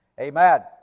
amen